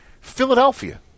Philadelphia